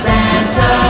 Santa